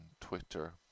Twitter